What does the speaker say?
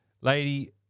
lady